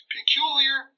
peculiar